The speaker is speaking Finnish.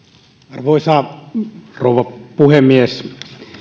arvoisa rouva puhemies